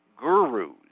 gurus